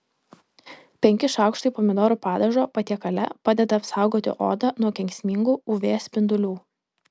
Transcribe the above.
penki šaukštai pomidorų padažo patiekale padeda apsaugoti odą nuo kenksmingų uv spindulių